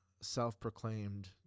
self-proclaimed